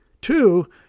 Two